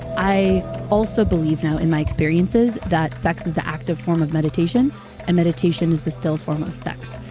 i also believe now, in my experiences, that sex is the active form of meditation and meditation is the still form of sex.